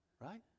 right